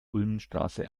ulmenstraße